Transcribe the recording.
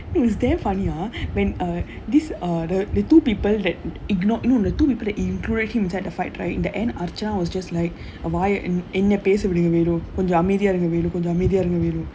it was damn funny ah when uh this uh the two people that ignored no the two people that அடுத்தது யாரு:aduthathu yaaru him inside the fight right in the end archan was just like கொஞ்சம் அமைதியா இருங்க:konjam amaithiyaa irunga